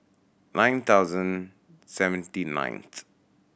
nine thousand seventy ninth